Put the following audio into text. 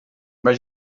vaig